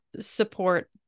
support